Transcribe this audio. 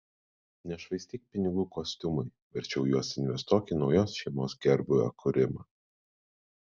nešvaistyk pinigų kostiumui verčiau juos investuok į naujos šeimos gerbūvio kūrimą